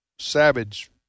Savage